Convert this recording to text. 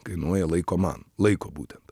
kainuoja laiko man laiko būtent